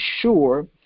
sure